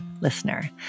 listener